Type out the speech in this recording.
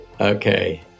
Okay